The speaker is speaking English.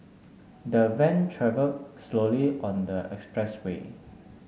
the Van travel slowly on the expressway